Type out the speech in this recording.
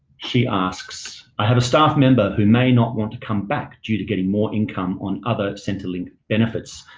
she asks i have a staff member who may not want to come back due to getting more income on other centrelink benefits.